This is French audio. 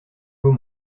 beau